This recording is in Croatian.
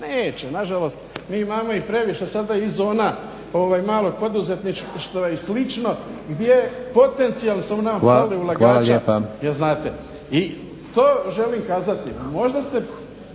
Neće nažalost imamo i previše sada i zona malog poduzetništva i slično gdje potencijalni, samo nemamo pravog ulagača, znate. I to želim kazati, možda ste